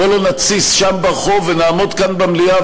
בוא לא נתסיס שם ברחוב אבל נעמוד כאן במליאה